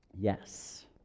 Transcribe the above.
Yes